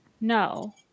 No